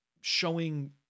showing